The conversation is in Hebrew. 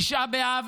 תשעה באב